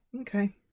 Okay